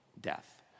death